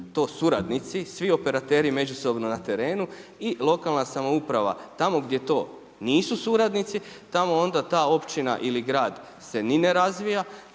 to suradnici, svi operateri međusobno na terenu i lokalna samouprava. Tamo gdje to nisu suradnici tamo onda ta općina ili grad se ni ne razvija,